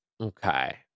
okay